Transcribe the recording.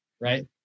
right